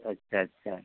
अच्छा अच्छा